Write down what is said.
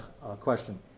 question